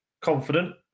confident